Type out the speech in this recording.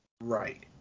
Right